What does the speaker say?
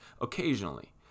occasionally